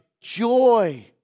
Joy